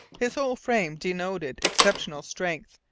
his whole frame denoted exceptional strength,